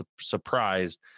surprised